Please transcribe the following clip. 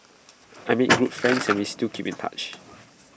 I made good friends and we still keep in touch